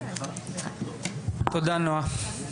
תודה נועה.